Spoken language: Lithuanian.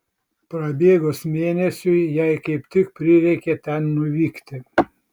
prabėgus mėnesiui jai kaip tik prireikė ten nuvykti